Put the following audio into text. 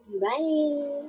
Bye